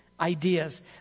ideas